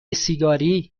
سیگاری